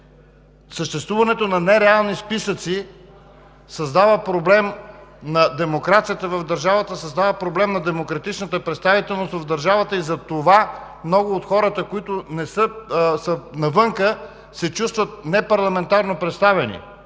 Съществуването на нереални списъци създава проблем на демокрацията в държавата, създава проблем на демократичната представителност в държавата. Затова много от хората, които са навън, не се чувстват парламентарно представени.